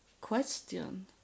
question